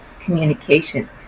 communication